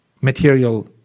material